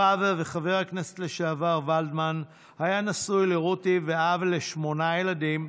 הרב וחבר הכנסת לשעבר ולדמן היה נשוי לרותי ואב לשמונה ילדים.